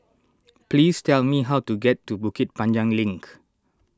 please tell me how to get to Bukit Panjang Link